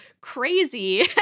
crazy